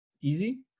Easy